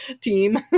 team